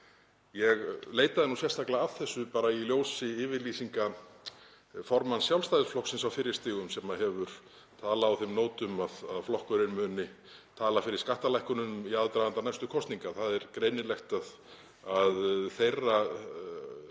Ég leitaði sérstaklega að þessu bara í ljósi yfirlýsinga formanns Sjálfstæðisflokksins á fyrri stigum sem hefur talað á þeim nótum að flokkurinn muni tala fyrir skattalækkunum í aðdraganda næstu kosninga. Það er greinilegt að þær sjást